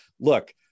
look